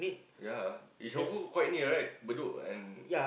ya it's confirm quite near right bedok and